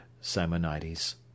Simonides